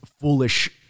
foolish